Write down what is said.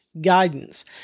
Guidance